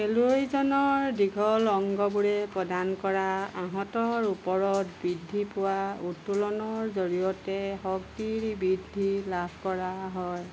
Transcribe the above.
খেলুৱৈজনৰ দীঘল অংগবোৰে প্ৰদান কৰা আঁহতৰ ওপৰত বৃদ্ধি পোৱা উত্তোলনৰ জৰিয়তে শক্তিৰ বৃদ্ধি লাভ কৰা হয়